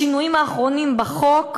השינויים האחרונים בחוק,